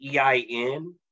EIN